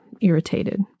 irritated